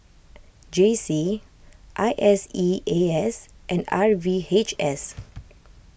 J C I S E A S and R V H S